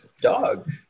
dog